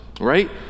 right